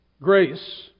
grace